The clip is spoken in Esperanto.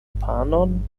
panon